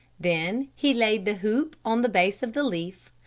then he laid the hoop on the base of the leaf,